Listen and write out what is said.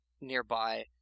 nearby